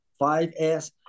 5S